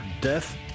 Death